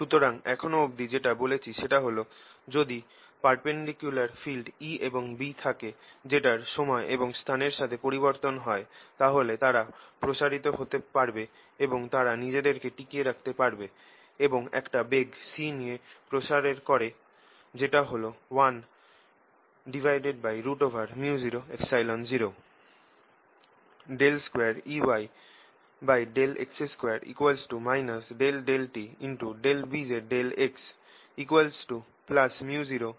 সুতরাং এখনো অবধি যেটা বলেছি সেটা হল যদি দুটো পারপেন্ডিকুলার ফিল্ড E এবং B থাকে যেটার সময় এবং স্থানের সাথে পরিবর্তন হয় তাহলে তারা প্রসারিত হতে পারবে এবং তারা নিজেদেরকে টিকিয়ে রাখতে পারবে এবং তারা একটা বেগ c নিয়ে প্রসারর করে যেটা হল 1µ00